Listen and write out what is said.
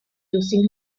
using